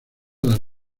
las